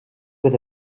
with